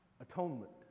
atonement